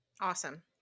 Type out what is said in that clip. Awesome